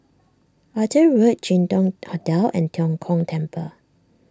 Arthur Road Jin Dong Hotel and Tian Kong Temple